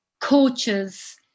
coaches